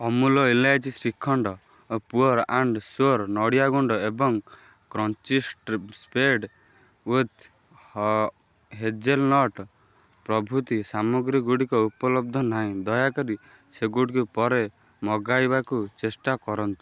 ଅମୁଲ୍ ଇଲାଇଚି Shrikhand pure and sure ନଡ଼ିଆ ଗୁଣ୍ଡ ଏବଂ କ୍ରଞ୍ଚି ଷ୍ଟ୍ରେବ୍ ସ୍ପ୍ରେଡ଼୍ ୱିଥ୍ ହ ହେଜେଲ୍ ନଟ୍ ପ୍ରଭୃତି ସାମଗ୍ରୀଗୁଡ଼ିକ ଉପଲବ୍ଧ ନାହିଁ ଦୟାକରି ସେଗୁଡ଼ିକୁ ପରେ ମଗାଇବାକୁ ଚେଷ୍ଟା କରନ୍ତୁ